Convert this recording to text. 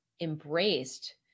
embraced